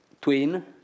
twin